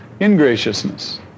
ingraciousness